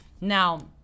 Now